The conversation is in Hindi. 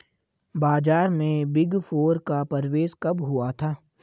बाजार में बिग फोर का प्रवेश कब हुआ था?